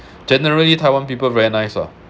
generally taiwan people very nice ah